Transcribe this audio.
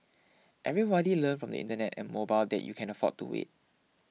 everybody learned from the Internet and mobile that you can't afford to wait